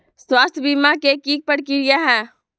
स्वास्थ बीमा के की प्रक्रिया है?